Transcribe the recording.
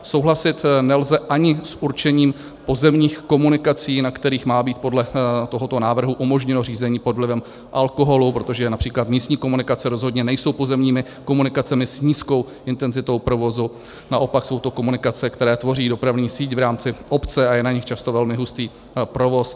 Souhlasit nelze ani s určením pozemních komunikací, na kterých má být podle tohoto návrhu umožněno řízení pod vlivem alkoholu, protože např. místní komunikace rozhodně nejsou pozemními komunikacemi s nízkou intenzitou provozu, naopak jsou to komunikace, které tvoří dopravní síť v rámci obce, a je na nich často velmi hustý provoz.